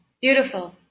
beautiful